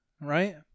right